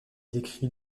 décrit